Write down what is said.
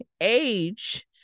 age